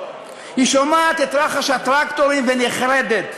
היא שומעת את רחש הטרקטורים ונחרדת.